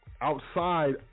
outside